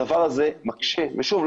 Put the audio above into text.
הדבר הזה מקשה - ושוב,